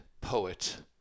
poet